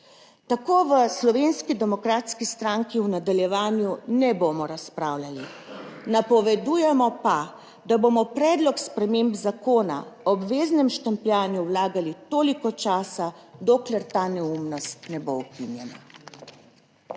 Tako v Slovenski demokratski stranki v nadaljevanju ne bomo razpravljali, napovedujemo pa, da bomo predlog sprememb Zakona o obveznem štempljanju vlagali toliko časa, dokler ta neumnost ne bo ukinjena.